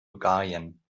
bulgarien